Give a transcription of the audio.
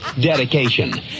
dedication